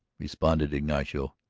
responded ignacio,